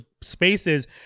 spaces